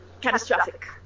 catastrophic